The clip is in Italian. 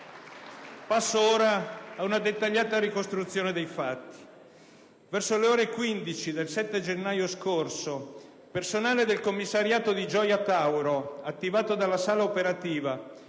Passo ora a una dettagliata ricostruzione dei fatti. Verso le ore 15 del 7 gennaio scorso, personale del commissariato di Gioia Tauro, attivato dalla sala operativa,